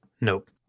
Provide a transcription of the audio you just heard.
nope